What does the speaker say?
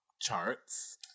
charts